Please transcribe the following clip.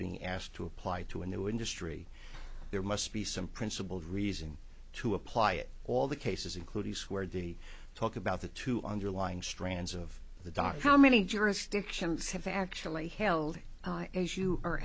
being asked to apply to a new industry there must be some principled reason to apply it all the cases including squared the talk about the two underlying strands of the docket how many jurisdictions have actually held as you are